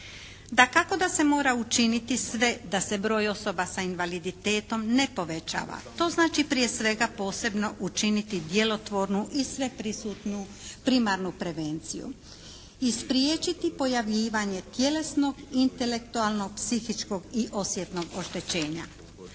Dakako da se mora učiniti sve da se broj osoba sa invaliditetom ne povećava. To znači prije svega posebno učiniti djelotvornu i sveprisutnu primarnu prevenciju i spriječiti pojavljivanje tjelesnog, intelektualnog, psihičkog i osjetnog oštećenja.